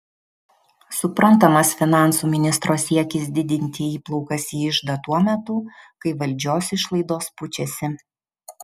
suprantamas finansų ministro siekis didinti įplaukas į iždą tuo metu kai valdžios išlaidos pučiasi